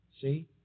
See